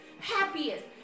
happiest